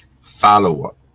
Follow-up